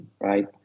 right